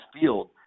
field –